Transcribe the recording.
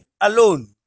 alone